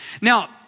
Now